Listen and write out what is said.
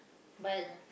but